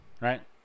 right